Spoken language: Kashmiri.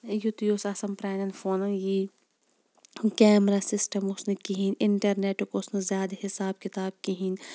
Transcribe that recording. یِتُے اوس آسان پرٛانیٚن فونَن یی کیمرا سِسٹَم اوس نہٕ کِہیٖنٛۍ اِنٹَرنیٚٹُک اوس نہٕ زیادٕ حِساب کِتاب کِہیٖنٛۍ